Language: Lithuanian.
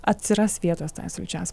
atsiras vietos svečiams